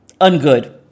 Ungood